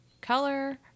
color